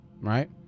Right